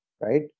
right